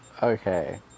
Okay